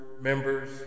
members